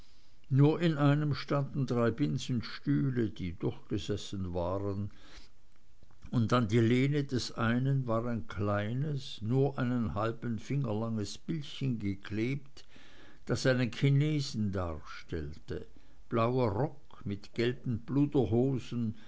nur in einem standen drei binsenstühle die durchgesessen waren und an die lehne des einen war ein kleines nur einen halber finger langes bildchen geklebt das einen chinesen darstellte blauer rock mit gelben